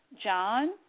John